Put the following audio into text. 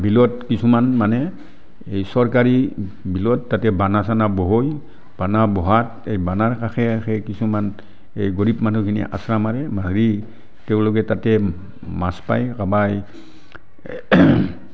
বিলত কিছুমান মানে এই চৰকাৰী বিলত তাতে বানা চানা বৈ বানা বঢ়াত সেই বানাৰ কাষে কাষে কিছুমান এই গৰীব মানুহখিনি আশ্ৰা মাৰে মাৰি তেওঁলোকে তাতে মাছ পায়